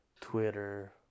Twitter